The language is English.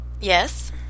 Yes